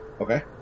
Okay